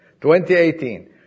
2018